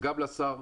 אז יישר כוח לשר,